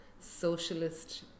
socialist